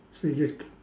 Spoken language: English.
so you just